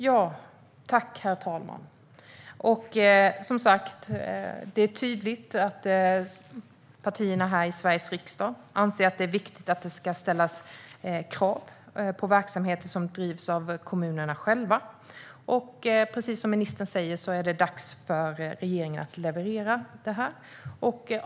Herr talman! Som sagt, det är tydligt att partierna här i Sveriges riksdag anser att det är viktigt att det ska ställas krav på verksamheter som drivs av kommunerna själva. Precis som ministern säger är det dags för regeringen att leverera detta.